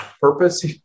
purpose